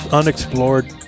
unexplored